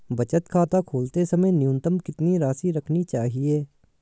बचत खाता खोलते समय न्यूनतम कितनी राशि रखनी चाहिए?